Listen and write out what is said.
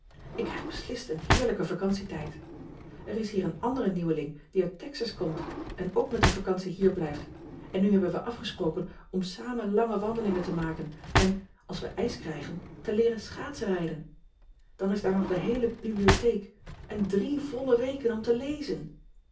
k krijg beslist een heerlijken vacantietijd r is hier een andere nieuweling die uit exas komt en ook met de vacantie hier blijft en nu hebben wij afgesproken om samen lange wandelingen te maken en als we ijs krijgen te leeren schaatsenrijden an is daar nog de heele bibliotheek en drie volle weken om te lezen